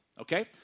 okay